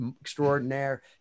extraordinaire